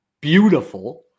beautiful